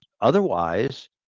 otherwise